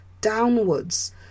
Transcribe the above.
downwards